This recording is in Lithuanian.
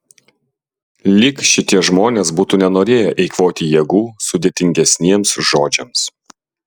lyg šitie žmonės būtų nenorėję eikvoti jėgų sudėtingesniems žodžiams